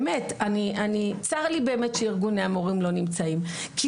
באמת צר לי שארגוני המורים לא נמצאים כי